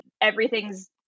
everything's